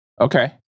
Okay